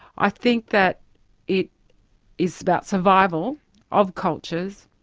i think that it is about survival of cultures,